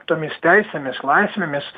tomis teisėmis laisvėmis